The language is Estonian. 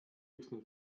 üksnes